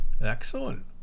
excellent